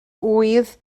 ŵydd